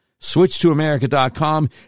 SwitchToAmerica.com